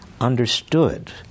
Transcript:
understood